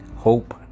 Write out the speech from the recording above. Hope